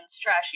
trashy